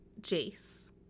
Jace